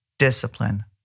Discipline